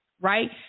Right